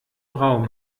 raum